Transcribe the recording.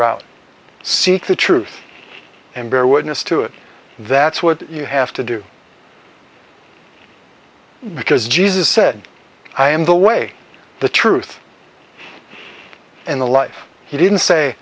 route seek the truth and bear witness to it that's what you have to do because jesus said i am the way the truth and the life he didn't say